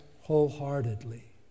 wholeheartedly